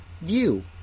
view